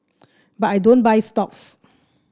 but I don't buy stocks